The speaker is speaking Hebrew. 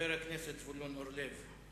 חבר הכנסת זבולון אורלב.